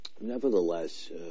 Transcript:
nevertheless